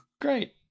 great